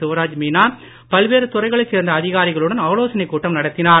சிவராஜ் மீனா பல்வேறு துறைகளைச் சேரந்த அதிகாரிகளுடன் ஆலோசனைக் கட்டம் நடத்தினார்